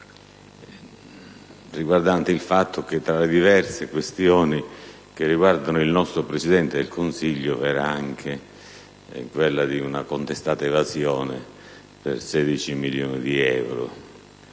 la notizia che, tra le diverse questioni che riguardano il nostro Presidente del Consiglio, vi era anche quella di una contestata evasione per 16 milioni di euro,